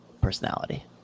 personality